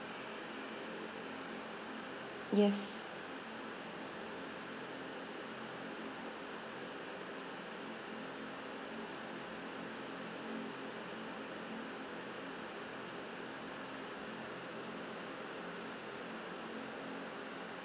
yes